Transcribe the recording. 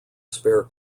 spare